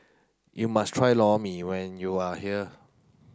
you must try Lor Mee when you are here